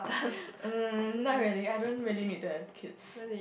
um not really I don't really need to have kids